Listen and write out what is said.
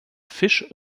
fisch